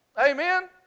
Amen